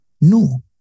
No